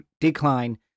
decline